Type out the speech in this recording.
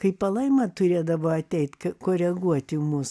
kai palaima turėdavo ateit koreguoti mus